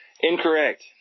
Incorrect